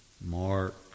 Mark